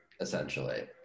essentially